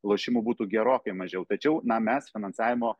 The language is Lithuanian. lošimų būtų gerokai mažiau tačiau na mes finansavimo